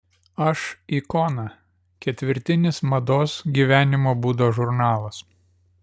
aš ikona ketvirtinis mados gyvenimo būdo žurnalas